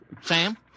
Sam